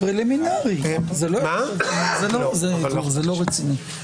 זה לא רציני.